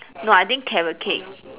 no I think carrot cake